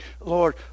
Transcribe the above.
Lord